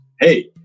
hey